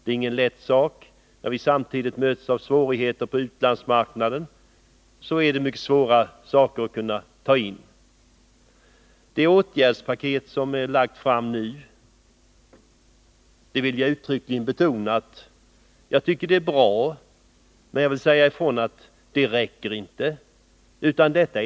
Det är inte lätt med tanke på att vi samtidigt möts av så stora svårigheter på utlandsmarknaden. Det åtgärdspaket som nu framlagts är — det vill jag uttryckligen betona — bra, men ändå räcker det inte. Det är bara en av de åtgärder som måste vidtas.